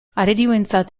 arerioentzat